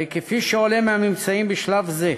הרי כפי שעולה מהממצאים בשלב זה,